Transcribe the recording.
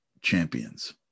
champions